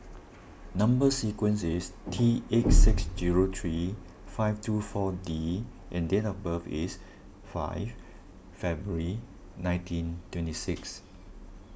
Number Sequence is T eight six zero three five two four D and date of birth is five February nineteen twenty six